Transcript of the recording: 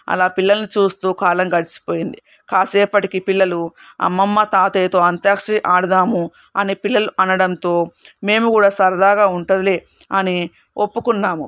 అలా పిల్లలను చూస్తూ కాలం గడిచిపోయింది కాసేపటికి పిల్లలు అమ్మమ్మ తాతయ్యతో అంత్యాక్షరి ఆడుదాము అనే పిల్లలు అనడంతో మేము కూడా సరదాగా ఉంటుందిలే అని ఒప్పుకున్నాము